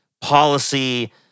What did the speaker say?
policy